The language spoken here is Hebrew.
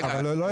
אבל לא יותר